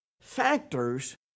factors